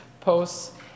posts